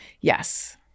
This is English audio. Yes